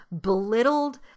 belittled